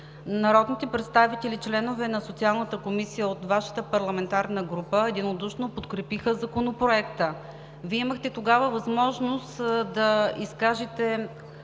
народните представители, членове на Социалната комисия от Вашата парламентарна група, единодушно подкрепиха Законопроекта. Вие имахте тогава възможност да изкажете